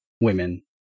women